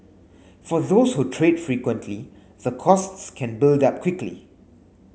for those who trade frequently the costs can build up quickly